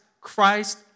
Christ